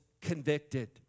convicted